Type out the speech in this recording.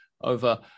over